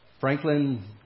Franklin